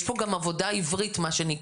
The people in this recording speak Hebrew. יש פה גם עבודה עברית מה שנקרא,